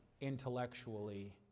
intellectually